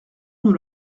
nous